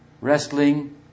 Wrestling